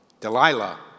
Delilah